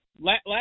Last